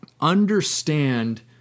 understand